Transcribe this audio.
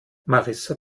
marissa